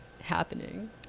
happening